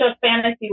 fantasy